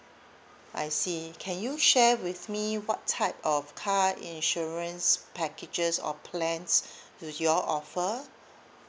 I see can you share with me what type of car insurance packages or plans do you all offer